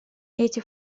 эти